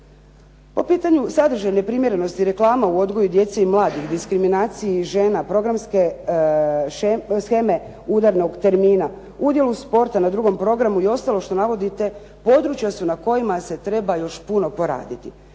Po pitanju sadržajne primjerenosti reklama u odgoju djece i mladih, diskriminaciji žena, programske sheme udarnog termina, udjelu sporta na 2. programu i ostalo što navodite područja su na kojima se treba još puno poraditi